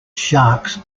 sharks